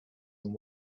and